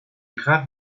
grave